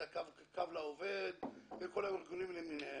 את קו לעובד וכל הארגונים למיניהם.